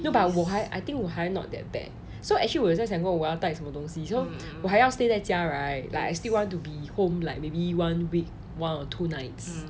no lah I think 我还 not that bad so actually 我有在想过后我要带什么东西 so 我还要 stay 在家 right like I still want to be home like maybe one week one or two nights